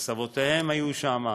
שסבותיהם היו שם,